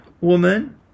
woman